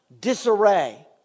disarray